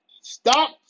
stop